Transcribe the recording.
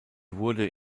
wurde